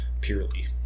purely